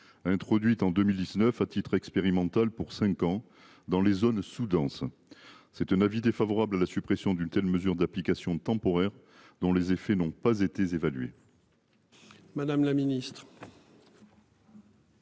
Introduite en 2019 à titre expérimental pour 5 ans dans les zones sous-denses. C'est un avis défavorable à la suppression d'une telle mesure d'application temporaire dont les effets n'ont pas été évalués. Madame la ministre.